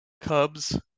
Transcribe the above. Cubs